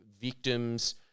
victims